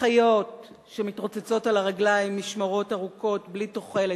אחיות שמתרוצצות על הרגליים משמרות ארוכות בלי תוחלת,